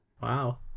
Wow